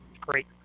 great